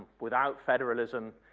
without federalism,